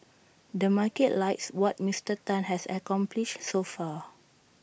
the market likes what Mister Tan has accomplished so far